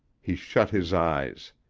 he shut his eyes.